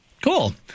cool